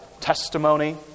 testimony